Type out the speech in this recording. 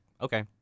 okay